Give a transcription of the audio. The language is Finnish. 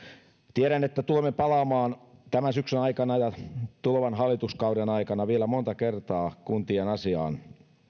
tiedän että tulemme palaamaan tämän syksyn aikana ja tulevan hallituskauden aikana vielä monta kertaa kuntien asiaan